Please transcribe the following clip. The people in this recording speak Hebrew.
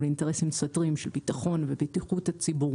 אבל אינטרסים סותרים של ביטחון ובטיחות הציבור